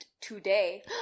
today